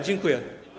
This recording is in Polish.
Dziękuję.